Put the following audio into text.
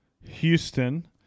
Houston